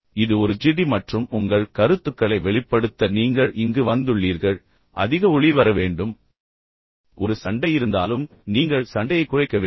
எனவே இது ஒரு ஜிடி மற்றும் உங்கள் கருத்துக்களை வெளிப்படுத்த நீங்கள் இங்கு வந்துள்ளீர்கள் அதிக ஒளி வர வேண்டும் ஒரு சண்டை இருந்தாலும் நீங்கள் சண்டையை குறைக்க வேண்டும்